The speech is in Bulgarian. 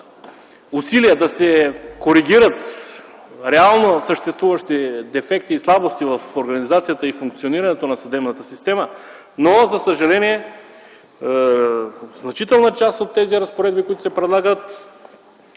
усилия да се коригират реално съществуващи дефекти и слабости в организацията и функционирането на съдебната система, но за съжаление, значителна част от тези разпоредби, които се предлагат,